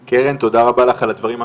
קרן, תודה רבה לך על הדברים החשובים,